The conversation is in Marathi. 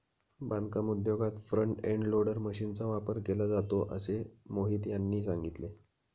बांधकाम उद्योगात फ्रंट एंड लोडर मशीनचा वापर केला जातो असे मोहित यांनी सांगितले